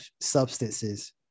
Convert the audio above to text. substances